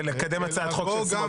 ולקדם הצעת חוק של סמוטריץ'.